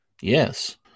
Yes